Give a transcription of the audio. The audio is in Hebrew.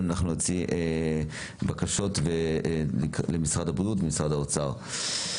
נוציא בקשות למשרד הבריאות ומשרד האוצר.